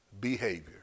behavior